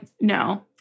no